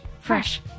fresh